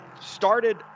started